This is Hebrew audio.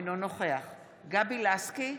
אינו נוכח גבי לסקי,